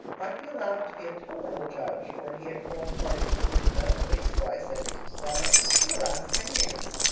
might be allowed to be a tolerable judge, for he had formed parties to visit them, at least, twice every summer for the last ten years.